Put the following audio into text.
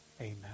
Amen